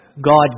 God